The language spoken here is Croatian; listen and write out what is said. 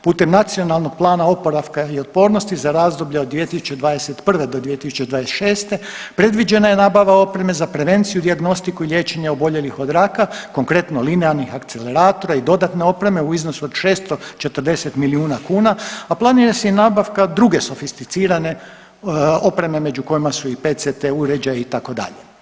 Putem Nacionalnog plana oporavka i otpornosti za razdoblje 2021. do 2026. predviđena je nabava opreme za prevenciju, dijagnostiku i liječenje oboljelih od raka konkretno linearnih akceleratora i dodatne opreme u iznosu od 640 milijuna kuna, a planira se i nabavka druge sofisticirane opreme među kojima su i PETCT uređaji itd.